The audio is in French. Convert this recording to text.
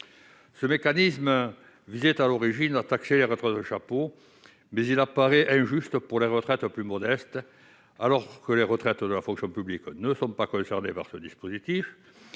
Ce mécanisme visait à l'origine à taxer les retraites chapeaux, mais il apparaît injuste pour les retraites plus modestes, alors que les retraites de la fonction publique ne sont pas concernées. En outre,